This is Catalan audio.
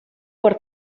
per